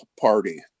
party